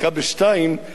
זה לא דיבור שלא שווה,